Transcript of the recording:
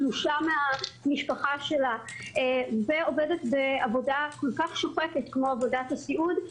תלושה מהמשפחה שלה ועובדת בעבודה כל כך שוחקת כמו עבודת הסיעוד,